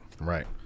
Right